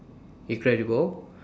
incredible